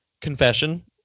Confession